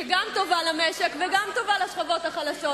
שגם טובה למשק וגם טובה לשכבות החלשות,